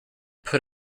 put